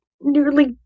nearly